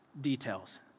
details